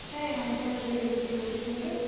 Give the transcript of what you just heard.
হ্যাঁ অঙ্কনা জুয়েলারি থেকেই বলছি বলুন